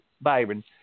Byron